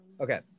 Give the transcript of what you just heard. Okay